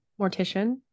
mortician